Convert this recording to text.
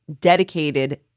dedicated